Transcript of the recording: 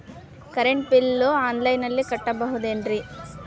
Current bill ಆನ್ಲೈನಿನಲ್ಲಿ ಕಟ್ಟಬಹುದು ಏನ್ರಿ?